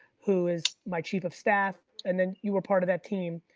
who is my chief of staff and then you were part of that team.